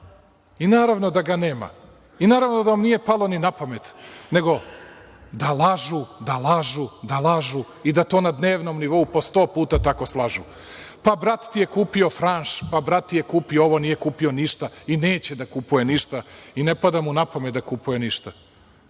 Naravno da ga nema i naravno da vam nije palo ni na pamet, nego da lažu, da lažu, da lažu i da to na dnevnom nivou po sto puta tako slažu. Pa, brat ti je kupio Franš, pa brat ti je kupio ovo. Nije kupio ništa i neće da kupuje ništa i ne pada mu na pamet da kupuje ništa. Smešno